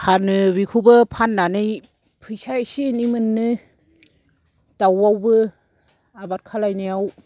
फानो बिखौबो फाननानै फैसा इसे एनै मोनो दाव आवबो आबाद खालाय नायाव